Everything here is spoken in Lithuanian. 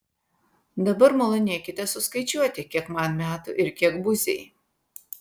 dabar malonėkite suskaičiuoti kiek man metų ir kiek buziai